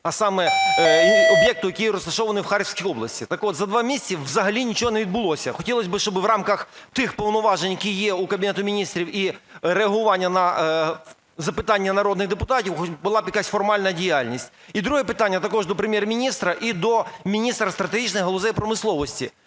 а саме об'єкту, який розташований у Харківській області. Так-от, за два місяці взагалі нічого не відбулося. Хотілося би, щоб в рамках тих повноважень, які є у Кабінету Міністрів, і реагування на запитання народних депутатів, була б якась формальна діяльність. І друге питання також до Прем'єр-міністра і до міністра стратегічних галузей промисловості.